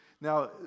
now